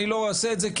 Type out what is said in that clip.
אני לא אעשה את זה,